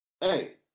hey